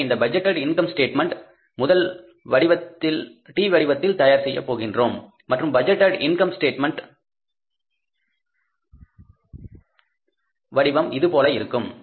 எனவே இந்த budgeted income statement முதல் T வடிவத்தில் தயார் செய்யப் போகின்றோம் மற்றும் பட்ஜெட்டேட் இன்கம் ஸ்டேட்மெண்ட் வடிவம் இது போல இருக்கும்